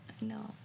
no